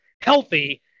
healthy